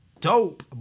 Dope